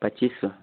پچیس سو